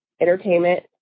entertainment